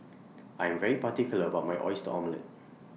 I Am very particular about My Oyster Omelette